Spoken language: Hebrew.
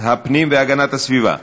הפנים והגנת הסביבה.